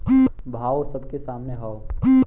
भावो सबके सामने हौ